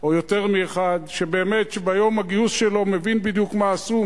או יותר מאחד שבאמת ביום הגיוס שלו מבין בדיוק מה עשו,